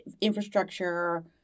infrastructure